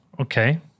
Okay